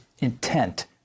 intent